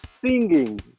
singing